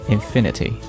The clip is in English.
Infinity